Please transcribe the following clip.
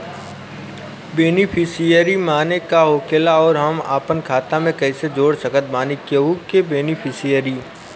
Beneficiary माने का होखेला और हम आपन खाता मे कैसे जोड़ सकत बानी केहु के बेनीफिसियरी?